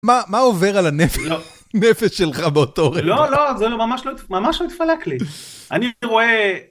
מה מה עובר על הנפש שלך באותו רגע? לא, לא, זה ממש לא התפלק לי. אני רואה...